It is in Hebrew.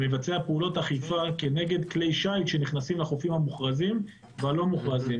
מבצע פעולות אכיפה כנגד כלי שייט שנכנסים לחופים המוכרזים והלא-מוכרזים.